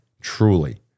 Truly